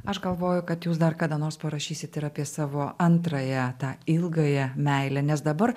aš galvoju kad jūs dar kada nors parašysit ir apie savo antrąją tą ilgąją meilę nes dabar